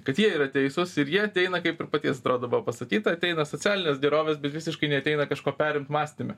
kad jie yra teisūs ir jie ateina kaip ir paties atrodo buvo pasakyta ateina socialinės gerovės bet visiškai neateina kažko perimt mąstyme